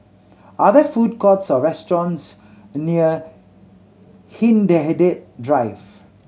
are there food courts or restaurants near Hindhede Drive